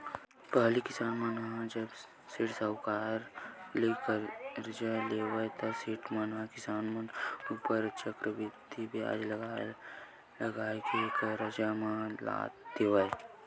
पहिली किसान मन ह जब सेठ, साहूकार करा ले करजा लेवय ता सेठ मन ह किसान मन ऊपर चक्रबृद्धि बियाज लगा लगा के करजा म लाद देय